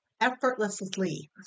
Effortlessly